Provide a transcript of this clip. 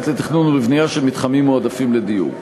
לתכנון ולבנייה של מתחמים מועדפים לדיור,